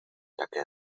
také